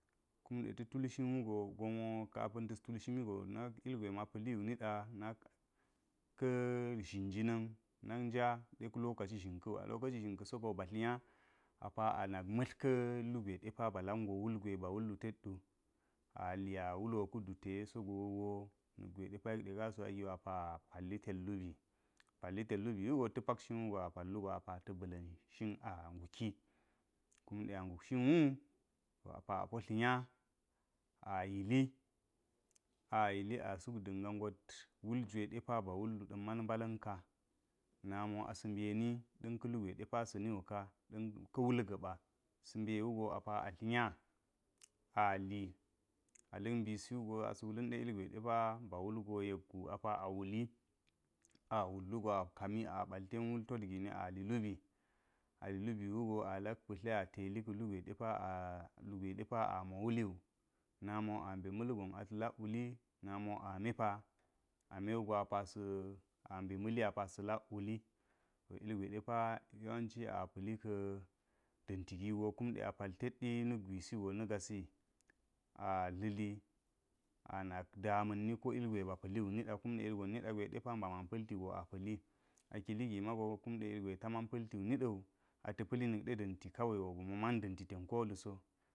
Kunɗe ta̱ tulshin wugo gon wo kapa̱n ta̱s tulshimi go nak ilgwe ma pa̱li wu niɗa nak ka̱ zhin ga nin nak ɲja de ka̱ lokaci xhin kawu a lokaci zhin ka̱ sigo batlinya apa anaka matlika̱ lugwe depa ba nak go ilgwe ba wul lu teddu ali a wul wokudu te suk woo ilgwe depa yek de kasuwa giwu apa a palti toɗ lubi, apal ti ted lubi wugo ta̱ pak shin wugo apa ta bala̱n shin anguki kunde a nguk shin wu to apa apo tlinga ayili asak da̱nga nget wul jwe depa ba wul wu da̱n mal mbala̱n ka na mo asa̱ mbeni da̱n ka̱lu gwe lepa sani wu ka ka̱ wul go̱ba sa̱ mbe wugo apa a tlinga ali aluk mbisi wugo asa wula̱n de ilgwe depa ba wulgo yek gi apa a wuli, a wullu go apa a kami a ɓal ten wul tok giki ali lubi, ali lubi wugo alak pa̱tli apa ateli ka̱ lugwe depa a – amo wuliwu, namo a mbe ma̱lgon ata̱ lak wali namo a mepa a mewugo apa sa̱ ambe ma̱li apa sa̱ lok wuli to ilgwe depa yawanci ka̱ da̱nti gigo kumɗe apal teɗi nak gwisi go na gasi atli a na̱k dama̱nni ko ilgwe ba pa̱li wu niɗe kumɗe ilgwe ɗepa bama pa̱li ti go apa̱li a kili gi magno kumɗe ilgwe ta man pa̱ltiwu niɗa̱wu atepa̱li na̱k ɗe da̱n ka̱ kawai wo ma man da̱nti ten koluso.